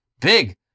big